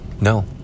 No